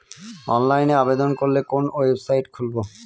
অনলাইনে আবেদন করলে কোন ওয়েবসাইট খুলব?